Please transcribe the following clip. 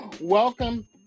Welcome